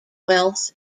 wealth